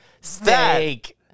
steak